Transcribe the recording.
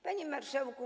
Panie Marszałku!